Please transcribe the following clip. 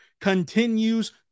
continues